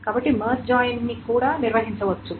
కాబట్టి merge join ను కూడా నిర్వహించవచ్చు